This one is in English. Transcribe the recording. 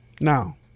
Now